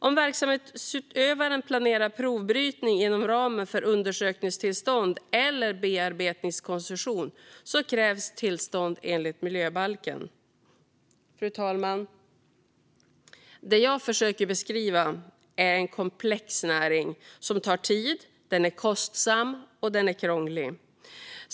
Om verksamhetsutövaren planerar provbrytning inom ramen för undersökningstillstånd eller bearbetningskoncession krävs tillstånd enligt miljöbalken. Fru talman! Det jag försöker beskriva är en komplex näring som tar tid, är kostsam och är krånglig.